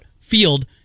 field